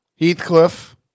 Heathcliff